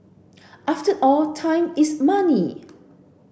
after all time is money